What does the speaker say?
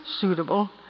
suitable